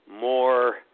more